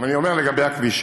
אבל אני אומר לגבי הכבישים,